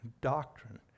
doctrine